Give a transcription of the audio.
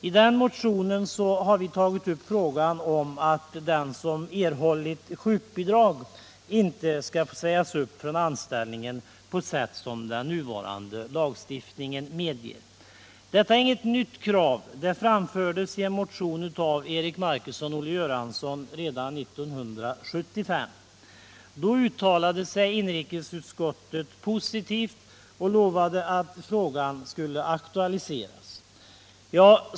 I den motionen tar vi upp kravet att den som erhållit sjukbidrag inte skall sägas upp från sin anställning på sätt som den nuvarande lagstiftningen medger. Detta är inget nytt krav. Det framfördes i en motion av Eric Marcusson och Olle Göransson redan år 1975. Då uttalade sig inrikesutskottet positivt och lovade att frågan skulle aktualiseras.